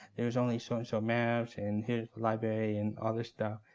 there's only so-and-so maps in his library, and all this stuff.